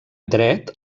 dret